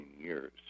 years